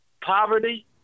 poverty